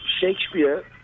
Shakespeare